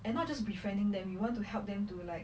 and not just befriending them you want to help them to like